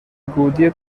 گودی